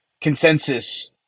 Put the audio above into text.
consensus